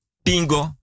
pingo